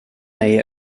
mig